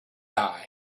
die